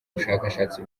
bushakashatsi